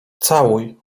całuj